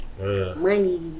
money